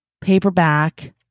paperback